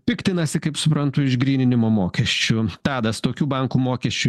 piktinasi kaip suprantu išgryninimo mokesčiu tadas tokių bankų mokesčių